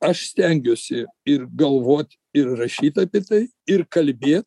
aš stengiuosi ir galvot ir rašyt apie tai ir kalbėt